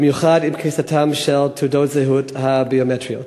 במיוחד עם כניסתן של תעודות הזהות הביומטריות.